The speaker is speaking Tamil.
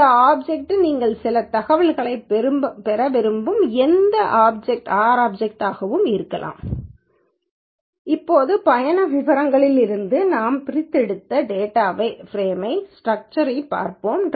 இந்த ஆப்சக்ட் நீங்கள் சில தகவல்களைப் பெற விரும்பும் எந்தவொரு ஆர் ஆப்சக்ட்ளாகவும் இருக்கலாம் இப்போது பயண விவரங்களிலிருந்து நாம் பிரித்தெடுத்த டேட்டாச் பிரேமின் ஸ்டிரக்சரைப் பார்ப்போம் tripdetails